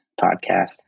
podcast